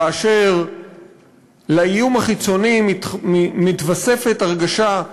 כאשר לאיום החיצוני מתווספת הרגשה,